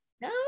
No